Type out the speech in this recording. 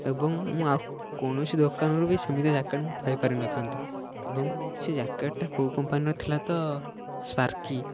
ଏବଂ ମୁଁ ଆଉ କୌଣସି ଦୋକାନରୁ ବି ସେମିତି ଜ୍ୟାକେଟ୍ ମୁଁ ପାଇପାରିନଥାନ୍ତି ଏବଂ ସେ ଜ୍ୟାକେଟ୍ଟା କେଉଁ କମ୍ପାନୀର ଥିଲା ତ ସ୍ପାର୍କି